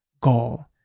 goal